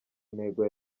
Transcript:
intego